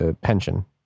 pension